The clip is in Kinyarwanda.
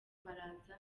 baraza